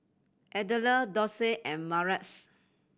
Adelle Dorsey and Martez